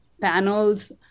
panels